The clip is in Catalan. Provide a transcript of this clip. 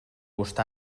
gust